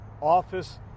office